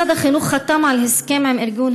משרד החינוך חתם על הסכם עם ארגון